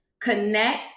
connect